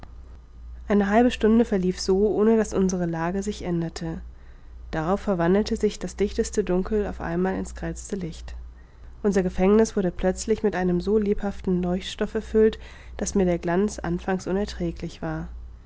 eine halbe stunde verlief so ohne daß unsere lage sich änderte darauf verwandelte sich das dichteste dunkel auf einmal in's grellste licht unser gefängniß wurde plötzlich mit einem so lebhaften leuchtstoff erfüllt daß mir der glanz anfangs unerträglich war